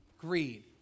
Greed